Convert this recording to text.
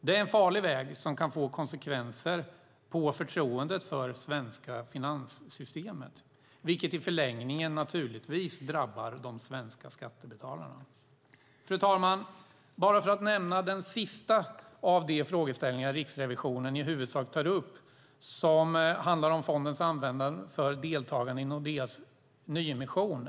Det är en farlig väg som kan få konsekvenser för förtroendet för det svenska finanssystemet. Det kan i förlängningen naturligtvis drabba de svenska skattebetalarna. Fru talman! Låt mig nämna den sista av de frågeställningar Riksrevisionen i huvudsak tar upp. Den handlar om fondens användande för deltagande i Nordeas nyemission.